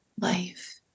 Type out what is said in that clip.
life